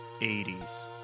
80s